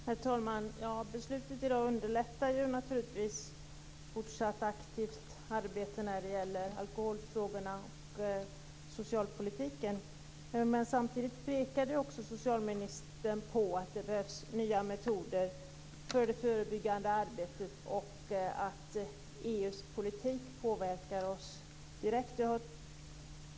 Herr talman! Beslutet i dag underlättar naturligtvis fortsatt aktivt arbete med alkoholfrågorna och socialpolitiken. Samtidigt pekar socialministern på att det behövs nya metoder för det förebyggande arbetet och på att EU:s politik påverkar oss direkt.